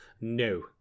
no